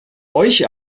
euch